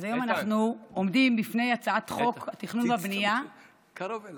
היום אנחנו עומדים בפני הצעת חוק התכנון והבנייה (תיקון,